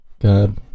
god